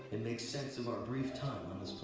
and make sense of our brief time on this